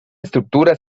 estructura